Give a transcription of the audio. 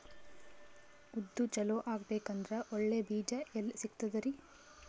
ಉದ್ದು ಚಲೋ ಆಗಬೇಕಂದ್ರೆ ಒಳ್ಳೆ ಬೀಜ ಎಲ್ ಸಿಗತದರೀ?